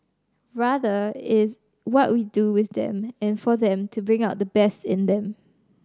rather it is what we do with them and for them to bring out the best in them